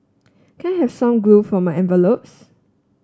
can I have some glue for my envelopes